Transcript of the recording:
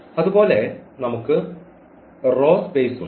അതുപോലെ നമുക്ക് row space ഉണ്ട്